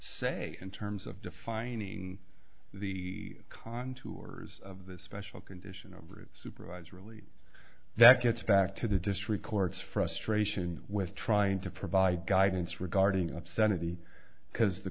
say in terms of defining the contours of this special condition over supervised release that gets back to the district courts frustration with trying to provide guidance regarding obscenity because the